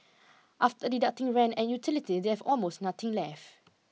after deducting rent and utilities they have almost nothing left